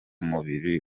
mubiri